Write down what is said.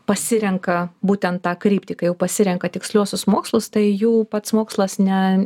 pasirenka būtent tą kryptį kai jau pasirenka tiksliuosius mokslus tai jų pats mokslas ne